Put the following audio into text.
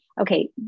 okay